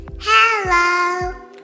Hello